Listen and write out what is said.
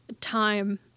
time